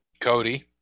Cody